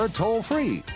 toll-free